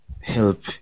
help